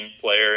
player